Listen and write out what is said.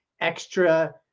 extra